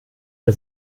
der